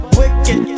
wicked